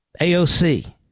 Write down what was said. AOC